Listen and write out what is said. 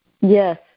Yes